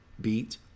Beat